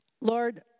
Lord